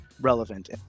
relevant